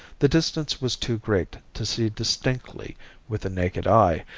the distance was too great to see distinctly with the naked eye,